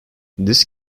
this